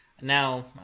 Now